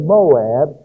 Moab